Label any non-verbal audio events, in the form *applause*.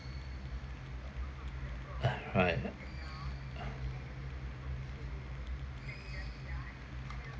*noise* alright *noise*